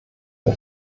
der